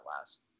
last